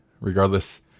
regardless